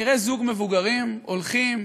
נראה זוג מבוגרים הולכים,